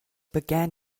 began